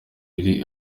iri